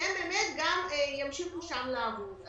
שהם ימשיכו לעבוד שם.